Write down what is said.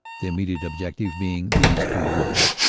the immediate objective being these two woods,